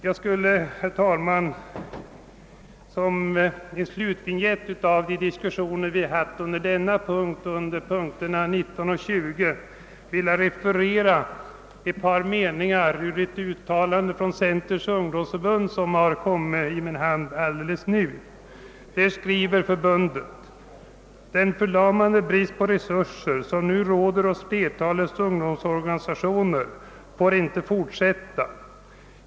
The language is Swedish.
Jag skulle, herr talman, som slutvinjett till diskussionen under denna punkt liksom under punkterna 19 och 20 vilja referera ett par meningar i ett uttalande från centerns ungdomsförbund, som nyss kom i min hand. Förbundet skriver: »Den förlamande brist på resurser som nu råder hos flertalet ungdomssammanslutningar får inte fortsätta.